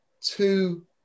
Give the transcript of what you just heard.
two